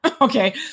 okay